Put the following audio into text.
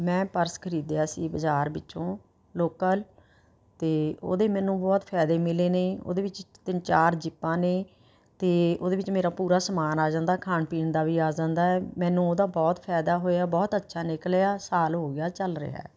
ਮੈਂ ਪਰਸ ਖਰੀਦਿਆ ਸੀ ਬਜ਼ਾਰ ਵਿੱਚੋਂ ਲੋਕਲ ਅਤੇ ਉਹਦੇ ਮੈਨੂੰ ਬਹੁਤ ਫਾਇਦੇ ਮਿਲੇ ਨੇ ਉਹਦੇ ਵਿੱਚ ਤਿੰਨ ਚਾਰ ਜ਼ਿੱਪਾਂ ਨੇ ਅਤੇ ਉਹਦੇ ਵਿੱਚ ਮੇਰਾ ਪੂਰਾ ਸਮਾਨ ਆ ਜਾਂਦਾ ਖਾਣ ਪੀਣ ਦਾ ਵੀ ਆ ਜਾਂਦਾ ਹੈ ਮੈਨੂੰ ਉਹਦਾ ਬਹੁਤ ਫਾਇਦਾ ਹੋਇਆ ਬਹੁਤ ਅੱਛਾ ਨਿਕਲਿਆ ਸਾਲ ਹੋ ਗਿਆ ਚਲ ਰਿਹਾ ਹੈ